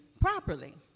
properly